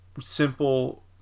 simple